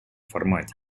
формате